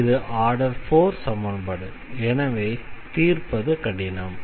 இது ஆர்டர் 4 சமன்பாடு எனவே தீர்ப்பது கடினம்